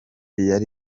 yari